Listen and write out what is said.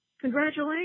congratulations